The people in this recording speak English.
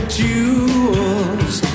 jewels